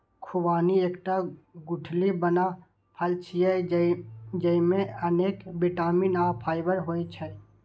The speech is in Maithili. खुबानी एकटा गुठली बला फल छियै, जेइमे अनेक बिटामिन आ फाइबर होइ छै